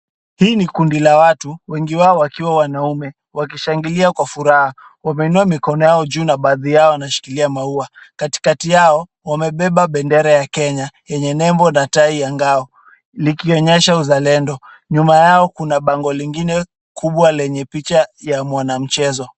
Hii ni kundi la watu, wengi wao wakiwa wanaume wakishangilia kwa furaha. Wameinua mikono yao juu na baadhi yao wanashikilia maua. Katikati yao wamebeba bendera ya Kenya yenye nembo na tai ya ngao likionyesha uzalendo. Nyuma yao kuna bango lingine kubwa lenye picha ya mwanamchezo.